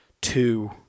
two